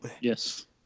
yes